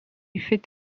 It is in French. fait